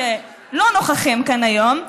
שלא נוכחים כאן היום,